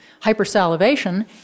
hypersalivation